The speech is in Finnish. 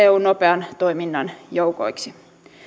eun nopean toiminnan joukoiksi